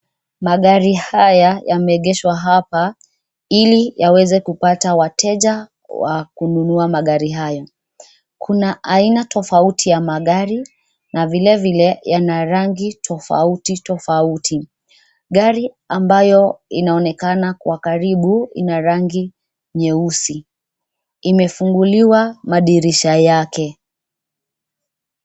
Magari haya yameegeshwa hapa ili yaweze kupata wateja wa kununua magari haya. Kuna aina tofauti ya magari na vile vile yana rangi tofauti tofauti. Gari ambayo inaonekana kwa karibu ina rangi nyeusi, imefunguliwa madirisha yake.